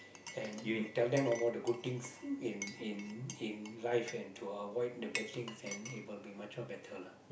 and you tell them about the good things in in in life and to avoid the bad things and it will be much more better lah